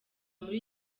muri